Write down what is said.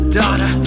daughter